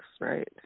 right